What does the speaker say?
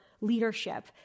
leadership